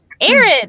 Aaron